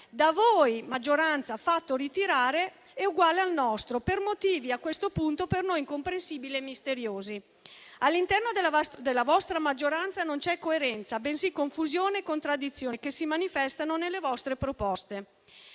da voi maggioranza fatto ritirare, per motivi a questo punto per noi incomprensibili e misteriosi. All'interno della vostra maggioranza non c'è coerenza, bensì confusione e contraddizione che si manifestano nelle vostre proposte.